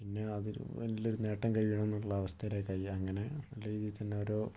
പിന്നെ അതൊരു നല്ലൊരു നേട്ടം കൈവരിക്കണമെന്നുള്ള അവസ്ഥയിലായി കളി അങ്ങനെ നല്ല രീതിയിൽ തന്നെ ഓരോ